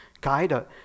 guide